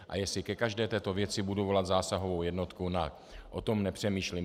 A jestli ke každé této věci budu volat zásahovou jednotku, o tom nepřemýšlím.